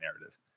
narrative